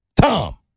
Tom